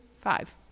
five